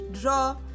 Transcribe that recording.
draw